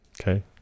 Okay